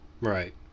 right